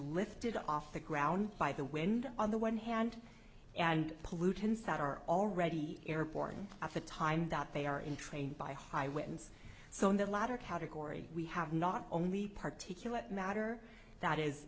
lifted off the ground by the wind on the one hand and pollutants that are already airborne at the time that they are in train by high winds so in that latter category we have not only particulates matter that is